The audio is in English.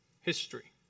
history